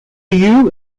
you